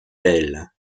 tels